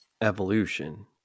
evolution